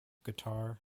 guitar